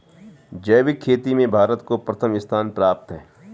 जैविक खेती में भारत को प्रथम स्थान प्राप्त है